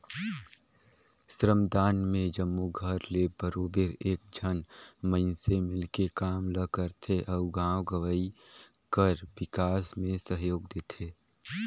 श्रमदान में जम्मो घर ले बरोबेर एक झन मइनसे मिलके काम ल करथे अउ गाँव गंवई कर बिकास में सहयोग देथे